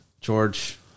George